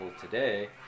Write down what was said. today